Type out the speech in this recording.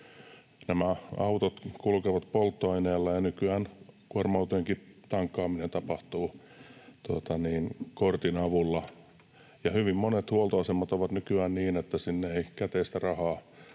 Nämä autot kulkevat polttoaineella, ja nykyään kuorma-autojenkin tankkaaminen tapahtuu kortin avulla, ja hyvin monet huoltoasemat ovat nykyään sellaisia, että siellä ei käteistä rahaa